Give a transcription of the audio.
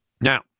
Now